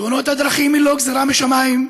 תאונות הדרכים הן לא גזרה משמיים,